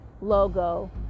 logo